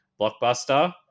Blockbuster